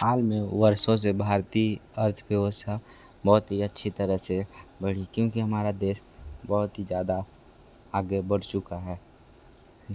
हाल में वर्षों से भारतीय अर्थव्यवस्था बहुत ही अच्छी तरह से बढ़ी क्योंकि हमारा देश बहुत ही ज़्यादा आगे बढ़ चुका है